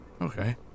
Okay